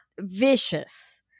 vicious